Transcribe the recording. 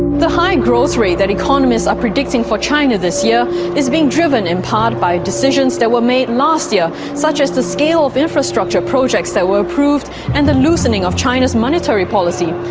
the high growth rate that economists are predicting for china this year is being driven in part by decisions that were made last year, such as the scale of infrastructure projects that were approved and the loosening of china's monetary policy.